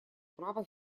права